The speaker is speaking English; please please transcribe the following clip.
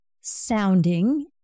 sounding